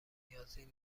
نیازی